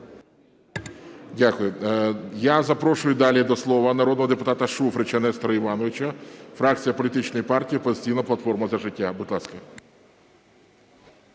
Дякую. Я запрошую далі до слова народного депутата Шуфрича Нестора Івановича, фракція політичної партії "Опозиційна платформа – За життя". Будь ласка.